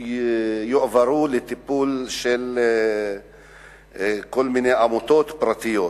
ויועברו לטיפול של כל מיני עמותות פרטיות.